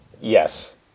yes